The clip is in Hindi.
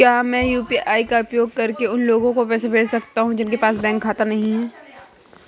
क्या मैं यू.पी.आई का उपयोग करके उन लोगों को पैसे भेज सकता हूँ जिनके पास बैंक खाता नहीं है?